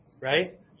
right